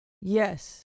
yes